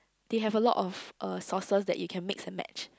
they have a lot of uh sauces that you can mix and match